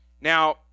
Now